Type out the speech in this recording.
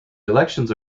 elections